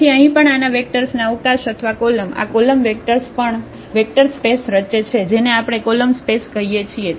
તેથી અહીં પણ આના વેક્ટર્સના અવકાશ અથવા કોલમ આ કોલમ વેક્ટર્સ પણ વેક્ટર સ્પેસ રચે છે જેને આપણે કોલમ સ્પેસ કહીએ છીએ